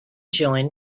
join